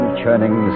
churning